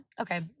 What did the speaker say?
okay